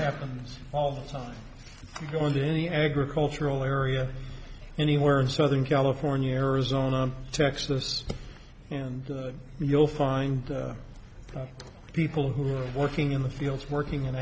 happens all the time going to any agricultural area anywhere in southern california arizona and texas and you'll find people who are working in the fields working